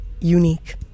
unique